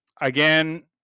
again